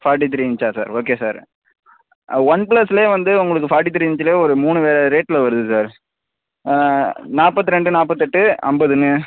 forty three இன்ச்சா sir okay sir one பிளஸ்லேயே வந்து உங்களுக்கு ஃபாட்டி த்ரீ இன்ச்சுலேயே ஒரு மூணு ரேட்டில் வருது சார் நாற்பத்ரெண்டு நாற்பத்தெட்டு ஐம்பதுன்னு